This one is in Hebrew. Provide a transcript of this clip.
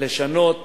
לשנות